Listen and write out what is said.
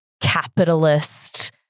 capitalist